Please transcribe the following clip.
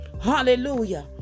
Hallelujah